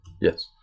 Yes